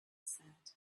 said